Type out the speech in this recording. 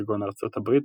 כגון ארצות הברית,